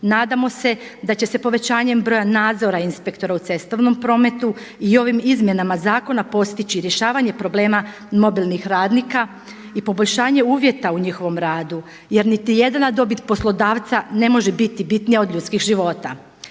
nadamo se da će se povećanjem broja nadzora inspektora u cestovnom prometu i ovim izmjenama zakona postići rješavanja problema mobilnih radnika i poboljšanje uvjeta u njihovom radu jer niti jedna dobit poslodavca ne može biti bitnija od ljudskih života.